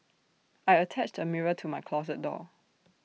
I attached A mirror to my closet door